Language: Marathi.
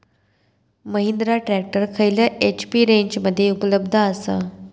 महिंद्रा ट्रॅक्टर खयल्या एच.पी रेंजमध्ये उपलब्ध आसा?